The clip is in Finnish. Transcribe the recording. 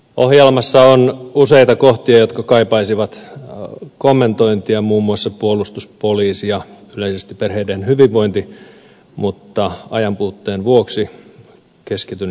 ohjelmassa on useita kohtia jotka kaipaisivat kommentointia muun muassa puolustus poliisi ja yleisesti perheiden hyvinvointi mutta ajanpuutteen vuoksi keskityn johdantoon